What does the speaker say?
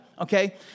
okay